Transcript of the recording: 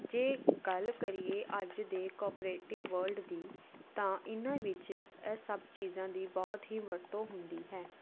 ਜੇ ਗੱਲ ਕਰੀਏ ਅੱਜ ਦੇ ਕੋਆਪਰੇਟਿਵ ਵਰਲਡ ਦੀ ਤਾਂ ਇਹਨਾਂ ਵਿੱਚ ਇਹ ਸਭ ਚੀਜ਼ਾਂ ਦੀ ਬਹੁਤ ਹੀ ਵਰਤੋਂ ਹੁੰਦੀ ਹੈ